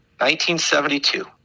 1972